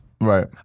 Right